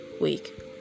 week